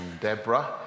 Deborah